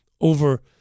over